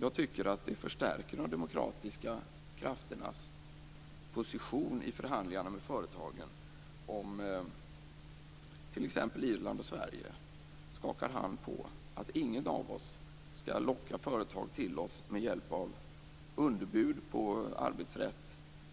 Jag tycker att det förstärker de demokratiska krafternas position i förhandlingarna med företagen om t.ex. Irland och Sverige skakar hand på att ingen av oss skall locka företag till oss med hjälp av underbud på arbetsrätt,